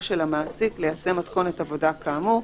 של המעסיק ליישם מתכונת עבודה כאמור,